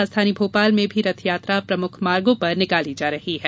राजधानी भोपाल में भी रथ यात्रा प्रमुख मार्गो पर निकाली जा रही है